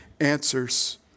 answers